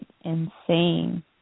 insane